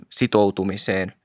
sitoutumiseen